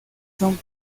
son